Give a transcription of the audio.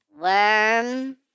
Worm